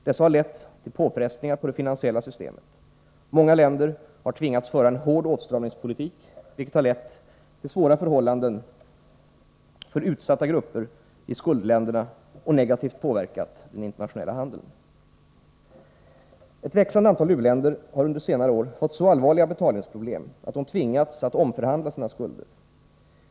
Dessa har lett till påfrestningar på det finansiella systemet. Många länder har tvingats föra en hård åtstramningspolitik, vilket har lett till svåra förhållanden för utsatta grupper i skuldländerna och negativt påverkat den internationella handeln. Ett växande antal u-länder har under senare år fått så allvarliga betalningsproblem att de tvingats att omförhandla sina skulder.